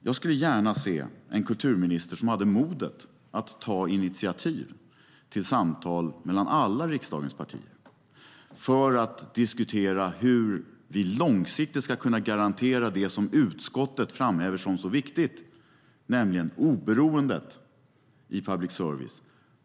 Jag skulle gärna se en kulturminister som har modet att ta initiativ till samtal mellan alla riksdagens partier för att diskutera hur vi långsiktigt ska kunna garantera det som utskottet framhäver som så viktigt, nämligen oberoendet i public service.